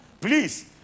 Please